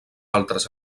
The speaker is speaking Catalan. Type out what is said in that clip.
altres